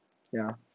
ya